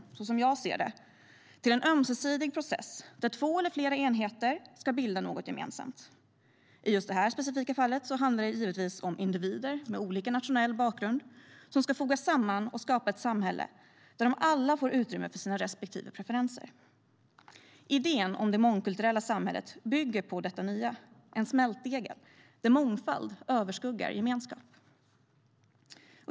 Det syftar, som jag ser det, till en ömsesidig process där två eller flera enheter ska bilda något gemensamt. I just detta specifika fall handlar det givetvis om individer med olika nationell bakgrund som ska fogas samman och skapa ett samhälle där de alla får utrymme för sina respektive preferenser. Idén om det mångkulturella samhället bygger på detta nya, en smältdegel där mångfald överskuggar gemenskap.